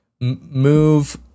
move